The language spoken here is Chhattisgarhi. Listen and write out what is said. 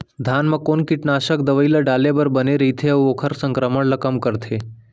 धान म कोन कीटनाशक दवई ल डाले बर बने रइथे, अऊ ओखर संक्रमण ल कम करथें?